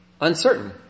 uncertain